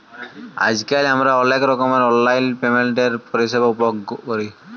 আইজকাল আমরা অলেক রকমের অললাইল পেমেল্টের পরিষেবা উপভগ ক্যরি